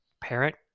parent